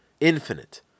infinite